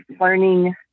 learning